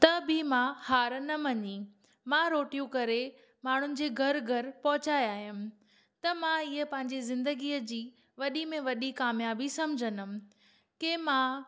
त बि मां हार न मञी मां रोटियूं करे माण्हुनि जे घरु घरु पहुचाए आयमि त मां हीअ पंहिंजी ज़िंदगीअ जी वॾी में वॾी कामयाबी समिझंदमि के मां